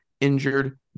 injured